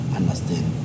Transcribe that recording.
understand